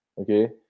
okay